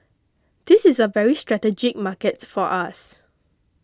this is a very strategic market for us